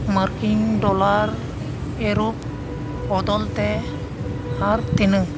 marking dollar Europe ᱵᱚᱫᱚᱞ ᱛᱮ ᱟᱨ ᱛᱱᱟᱹᱝ